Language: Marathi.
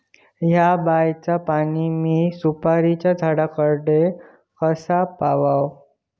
हया बायचा पाणी मी सुपारीच्या झाडान कडे कसा पावाव?